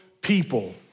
people